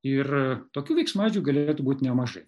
ir tokių veiksmažodžių galėtų būt nemažai